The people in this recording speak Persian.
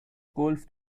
گلف